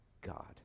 God